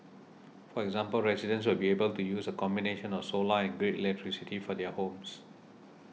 for example residents will be able to use a combination of solar and grid electricity for their homes